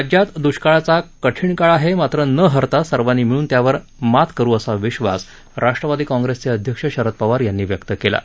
राज्यात दुष्काळाचा कठिण काळ आहे मात्र न हरता सर्वांनी मिळून त्यावर मात करु असा विश्वास राष्ट्रवादी काँप्रेसचे अध्यक्ष शरद पवार यांनी व्यक्त केला आहे